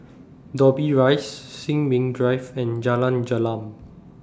Dobbie Rise Sin Ming Drive and Jalan Gelam